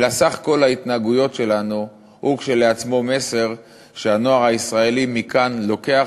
אלא סך כל ההתנהגויות שלנו הוא כשלעצמו מסר שהנוער הישראלי מכאן לוקח